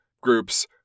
groups